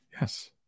Yes